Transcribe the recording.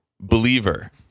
Believer